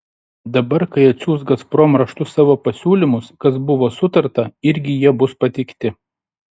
dabar kai atsiųs gazprom raštu savo pasiūlymus kas buvo sutarta irgi jie bus pateikti